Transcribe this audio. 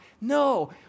No